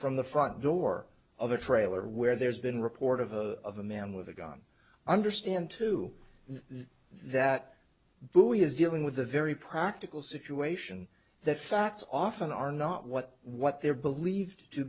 from the front door of the trailer where there's been report of a of a man with a gun understand to the that buoy is dealing with a very practical situation that facts often are not what what they're believed to